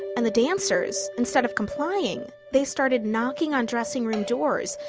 and the dancers instead of complying, they started knocking on dressing room doors,